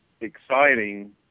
exciting